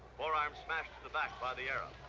forearm smash to the back by the arab.